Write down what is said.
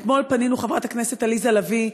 אתמול פנינו, חברת הכנסת עליזה לביא ואני,